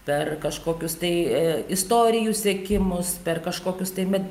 per kažkokius tai istorijų sekimus per kažkokius tai